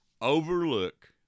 overlook